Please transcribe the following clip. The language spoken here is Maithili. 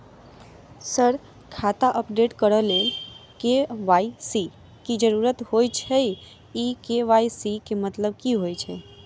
सर खाता अपडेट करऽ लेल के.वाई.सी की जरुरत होइ छैय इ के.वाई.सी केँ मतलब की होइ छैय?